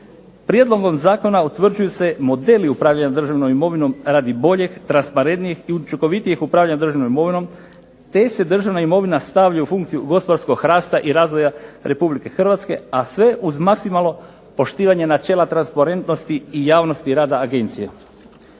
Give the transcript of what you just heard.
Prijedlogom zakona utvrđuju se modeli upravljanja državnom imovinom radi boljeg, transparentnijeg i učinkovitijeg upravljanja državnom imovinom te se državna imovina stavlja u funkciju gospodarskog rasta i razvoja Republike Hrvatske, a sve uz maksimalno poštivanje načela transparentnosti i javnosti rada agencije.